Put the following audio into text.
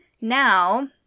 Now